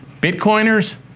Bitcoiners